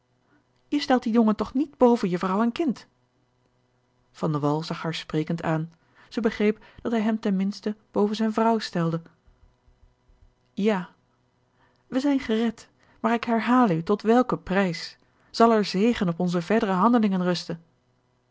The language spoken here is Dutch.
je stelt dien jongen toch niet boven je vrouw en kind van de wall zag haar sprekend aan zij begreep dat hij hem ten minste boven zijne vrouw stelde george een ongeluksvogel ja wij zijn gered maar ik herhaal u tot welken prijs zal er zegen op onze verdere handelingen rusten